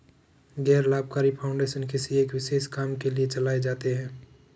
गैर लाभकारी फाउंडेशन किसी एक विशेष काम के लिए चलाए जाते हैं